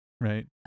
right